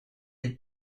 did